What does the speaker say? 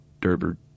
derby